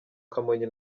kamonyi